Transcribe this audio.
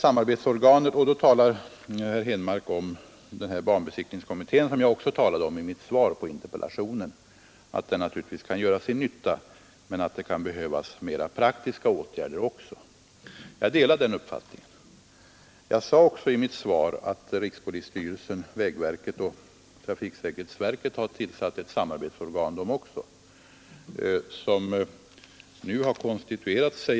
Herr Henmark nämnde att banbesiktningskommittén, som jag också talade om i mitt svar på interpellationen, naturligtvis gör sin nytta men att det kan behövas andra åtgärder också. Jag delar den uppfattningen. Jag sade i mitt svar att rikspolisstyrelsen, vägverket och trafiksäker hetsverket har tillsatt ett samarbetsorgan som nu har konstituerat sig.